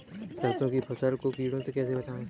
सरसों की फसल को कीड़ों से कैसे बचाएँ?